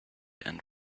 and